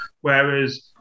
Whereas